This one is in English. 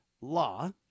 law